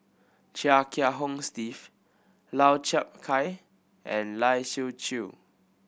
Chia Kiah Hong Steve Lau Chiap Khai and Lai Siu Chiu